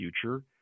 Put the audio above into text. future